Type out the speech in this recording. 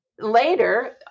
later